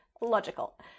logical